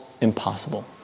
impossible